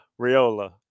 Riola